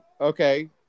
okay